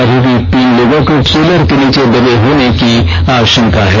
अभी भी तीन लोगों के ट्रेलर के नीचे दबे होने की आषंका है